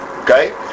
Okay